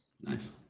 nice